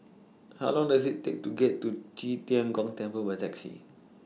How Long Does IT Take to get to Qi Tian Gong Temple By Taxi